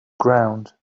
ground